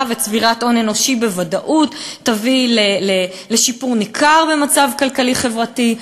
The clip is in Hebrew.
וצבירת הון אנושי בוודאות יביאו לשיפור ניכר במצב הכלכלי-חברתי.